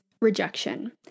rejection